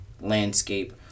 landscape